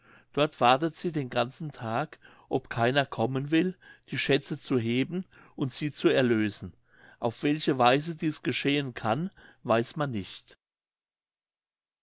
dort wartet sie den ganzen tag ob keiner kommen will die schätze zu heben und sie zu erlösen auf welche weise dies geschehen kann weiß man nicht